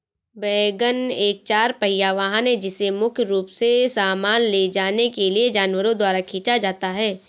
wagon एक चार पहिया वाहन है जिसे मुख्य रूप से सामान ले जाने के लिए जानवरों द्वारा खींचा जाता है